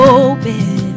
open